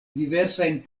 diversajn